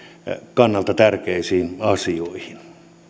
kannalta tärkeisiin asioihin